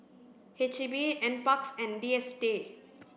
H E B NPARKS and D S T A